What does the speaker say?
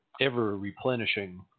ever-replenishing